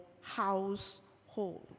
household